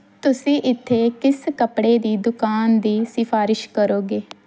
ਤੁਸੀਂ ਇੱਥੇ ਕਿਸ ਕੱਪੜੇ ਦੀ ਦੁਕਾਨ ਦੀ ਸਿਫ਼ਾਰਿਸ਼ ਕਰੋਗੇ